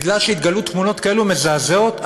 מכיוון שהתגלו תמונות כאלה מזעזעות,